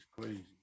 crazy